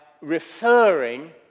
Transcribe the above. referring